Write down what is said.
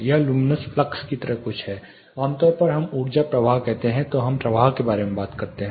यह luminous flux की तरह कुछ है आमतौर पर जब हम ऊर्जा प्रवाह कहते हैं तो हम प्रवाह के बारे में बात करते हैं